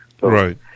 Right